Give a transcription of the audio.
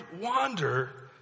wander